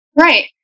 Right